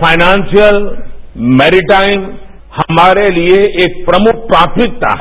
financial maritime हमारे लिए एक प्रमुख प्राथमिकता है